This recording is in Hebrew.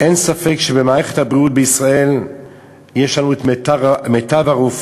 אין ספק שבמערכת הבריאות בישראל יש לנו את מיטב הרופאים,